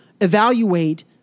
evaluate